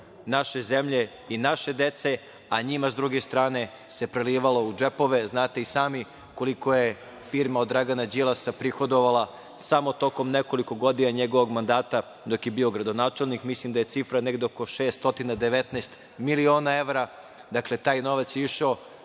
naše zemlje i naše dece, a njima s druge strane se prelivalo u džepove. Znate i sami koliko je firma Dragana Đilasa prihodovala samo tokom nekoliko godina njegovog mandata dok je bio gradonačelnik. Mislim da je cifra negde oko 619 miliona evra. Znate i sami koliko